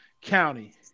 County